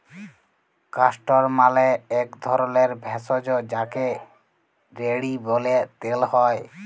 castor মালে এক ধরলের ভেষজ যাকে রেড়ি ব্যলে তেল হ্যয়